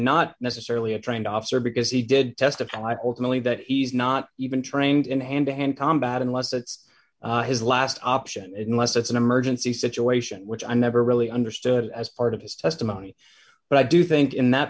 not necessarily a trained officer because he did testify ultimately that he's not even trained in hand to hand combat unless it's his last option unless it's an emergency situation which i never really understood as part of his testimony but i do think in that